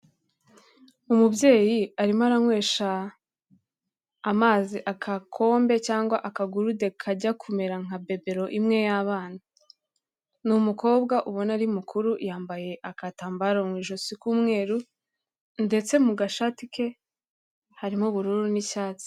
Umubyeyi arimo aranywesha amazi akakombe cyangwa akagurude kajya kumera nka babero imwe y'abana, ni umukobwa ubona ari mukuru yambaye akatambaro mu ijosi k'umweru ndetse mu gashati ke harimo ubururu n'icyatsi.